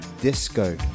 disco